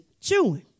chewing